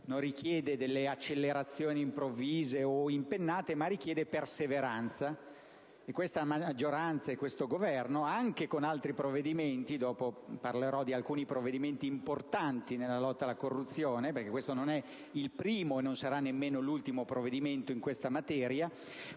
Non richiede delle accelerazioni improvvise o impennate, ma perseveranza, e questa maggioranza e questo Governo, anche con altri provvedimenti (dopo parlerò di alcuni provvedimenti importanti in materia di lotta alla corruzione, perché questo non è il primo e non sarà nemmeno l'ultimo in materia),